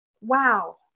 wow